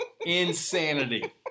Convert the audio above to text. Insanity